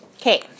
Okay